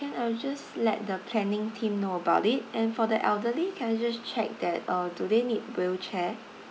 can I'll just let the planning team know about it and for the elderly can I just check that uh do they need wheelchair